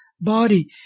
body